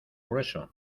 grueso